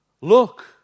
Look